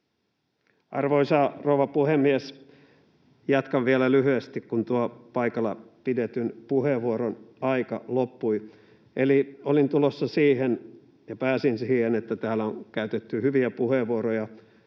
Arvoisa rouva puhemies! Jatkan vielä lyhyesti, kun tuon paikalla pidetyn puheenvuoron aika loppui. — Pääsin siihen, että täällä on käytetty hyviä puheenvuoroja